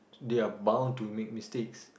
they are bound to make mistakes